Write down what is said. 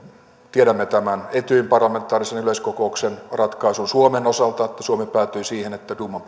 tiedämme tämän etyjin parlamentaarisen yleiskokouksen ratkaisun suomen osalta että suomi päätyi siihen että duuman